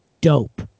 dope